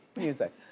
music.